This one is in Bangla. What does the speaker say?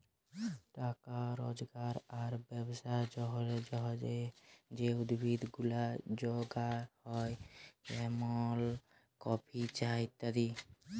টাকা রজগার আর ব্যবসার জলহে যে উদ্ভিদ গুলা যগাল হ্যয় যেমন কফি, চা ইত্যাদি